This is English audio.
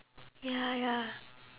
ya ya